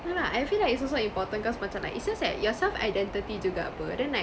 no lah I feel like it's also important cause macam like it's just like your self identity juga apa then like